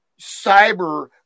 cyber